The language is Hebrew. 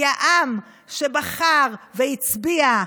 כי העם שבחר והצביע,